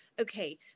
okay